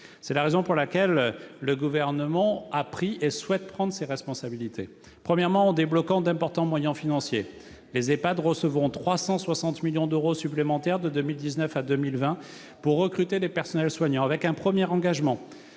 C'est la raison pour laquelle le Gouvernement a pris et continuera de prendre ses responsabilités. Premièrement, nous débloquons d'importants moyens financiers : les EHPAD recevront 360 millions d'euros supplémentaires de 2019 à 2020 pour recruter des personnels soignants. La généralisation